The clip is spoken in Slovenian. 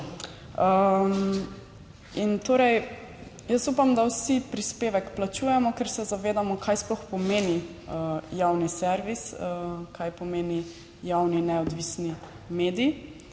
jaz upam, da vsi prispevek plačujemo, ker se zavedamo, kaj sploh pomeni javni servis, kaj pomeni javni neodvisni medij.